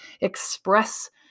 express